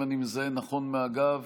אם אני מזהה נכון מהגב,